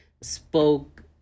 Spoke